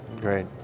great